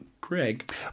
Greg